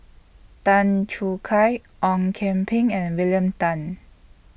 Tan Choo Kai Ong Kian Peng and William Tan